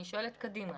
ואני שואלת מכאן ואילך.